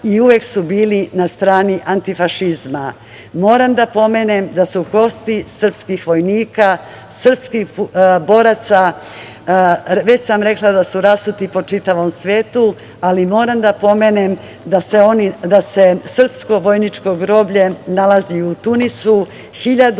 i uvek su bili na strani antifašizma. Moram da pomenem da su kosti srpskih vojnika, srpskih boraca, već sam rekla da su rasuti po čitavom svetu, ali moram da pomenem da se srpsko vojničko groblje nalazi i u Tunisu,